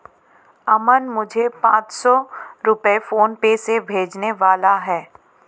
अमन मुझे पांच सौ रुपए फोनपे से भेजने वाला है